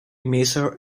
maser